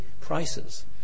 prices